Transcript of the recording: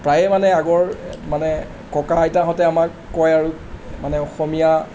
প্ৰায়ে মানে আগৰ মানে ককা আইতাহঁতে আমাক কয় আৰু মানে অসমীয়া